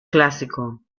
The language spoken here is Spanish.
clásico